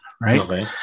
right